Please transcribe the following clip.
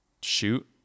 shoot